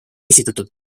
esitatud